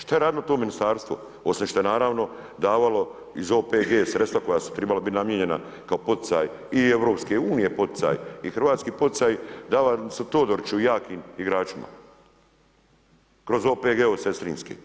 Što je radilo to Ministarstvo, osim što je naravno davala iz OPG sredstva koja su trebala biti namijenjena kao poticaj i EU poticaj i hrvatski poticaj, davani su Todoriću i jakim igračima kroz OPG-ov sestrinski.